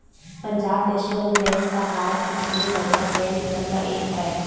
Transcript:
Punjab National Bank ह भारत के सबले बड़का बेंक मन म एक हरय